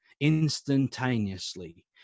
instantaneously